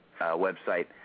website